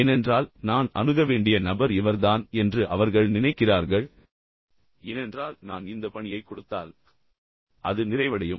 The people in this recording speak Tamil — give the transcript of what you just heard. ஏனென்றால் நான் அணுக வேண்டிய நபர் இவர்தான் என்று அவர்கள் நினைக்கிறார்கள் ஏனென்றால் நான் இந்த பணியைக் கொடுத்தால் அது நிறைவடையும்